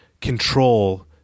control